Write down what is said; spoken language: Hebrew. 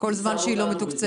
כל זמן שהיא לא מתוקצבת.